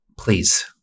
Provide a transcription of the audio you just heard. please